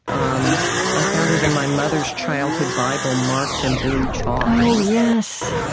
um i found it in my mother's childhood bible, marked in blue chalk oh, yes.